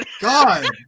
God